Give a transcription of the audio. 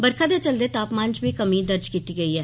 बरखा दे चलदे तापमान च बी कमी दर्ज कीती गेई ऐ